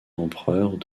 empereurs